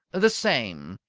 the same.